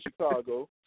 Chicago